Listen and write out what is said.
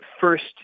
first